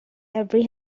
every